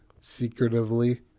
secretively